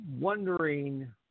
wondering